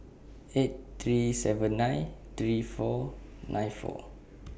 eight three seven nine three four nine four